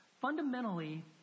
Fundamentally